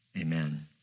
amen